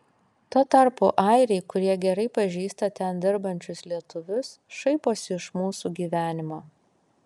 tuo tarpu airiai kurie gerai pažįsta ten dirbančius lietuvius šaiposi iš mūsų gyvenimo